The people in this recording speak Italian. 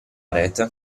rete